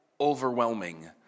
overwhelming